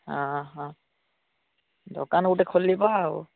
ଅ ହାଁ ଦୋକାନ ଗୋଟେ ଖୋଲିବା ଆଉ